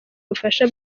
ubufasha